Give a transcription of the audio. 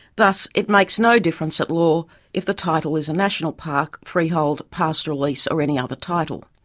thus, it makes no difference at law if the title is a national park, freehold, pastoral lease or any other title.